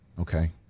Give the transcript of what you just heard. okay